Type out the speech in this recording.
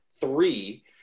three